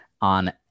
on